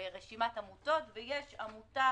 ברשימת עמותות ויש עמותה